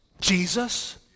Jesus